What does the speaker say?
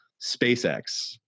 SpaceX